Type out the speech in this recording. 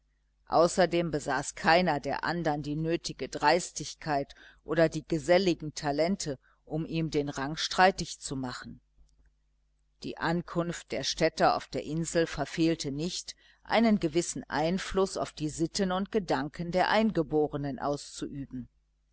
außerdem besaß keiner der andern die nötige dreistigkeit oder die geselligen talente um ihm den rang streitig zu machen die ankunft der städter auf der insel verfehlte nicht einen gewissen einfluß auf die sitten und gedanken der eingeborenen auszuüben